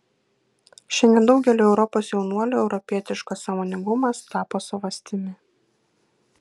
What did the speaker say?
šiandien daugeliui europos jaunuolių europietiškas sąmoningumas tapo savastimi